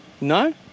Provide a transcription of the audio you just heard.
No